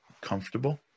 comfortable